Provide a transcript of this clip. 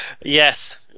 Yes